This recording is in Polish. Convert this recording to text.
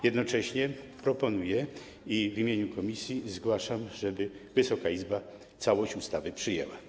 Jednocześnie proponuję i w imieniu komisji zgłaszam, żeby Wysoka Izba całość ustawy przyjęła.